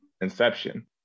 inception